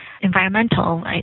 environmental